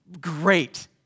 great